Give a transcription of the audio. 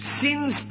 Sins